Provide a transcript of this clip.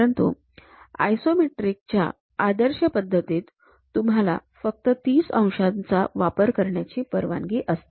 परंतु आयसोमेट्रिक च्या आदर्श पद्धतीत तुम्हाला फक्त ३० अंशांचा वापर करण्याची परवानगी असते